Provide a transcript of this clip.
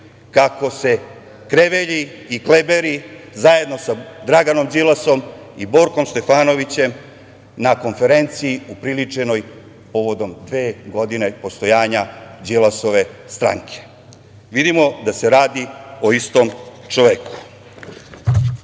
kako se krevelji i kliberi zajedno sa Draganom Đilasom i Borkom Stefanovićem, na konferenciji upriličenoj povodom dve godine postojanja Đilasove stranke. Vidimo da se radi o istom čoveku.